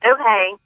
Okay